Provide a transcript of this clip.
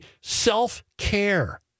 self-care